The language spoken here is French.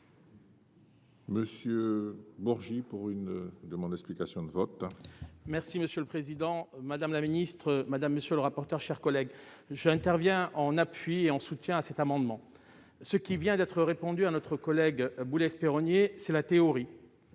Monsieur Bourgi pour une demande d'explication de vote. Merci monsieur le président, madame la ministre, madame, monsieur le rapporteur, chers collègues j'intervient en appui et en soutien à cet amendement, ce qui vient d'être répondu à notre collègue Boulay-Espéronnier c'est la théorie,